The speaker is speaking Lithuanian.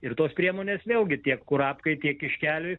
ir tos priemonės vėlgi tiek kurapkai tiek kiškeliui